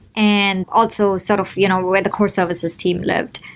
and also sort of you know where the core services team lived.